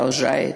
על לנינגרד,